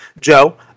Joe